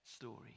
story